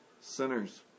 sinners